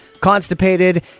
constipated